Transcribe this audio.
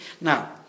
Now